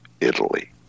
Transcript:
Italy